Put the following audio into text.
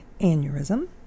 aneurysm